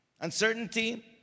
Uncertainty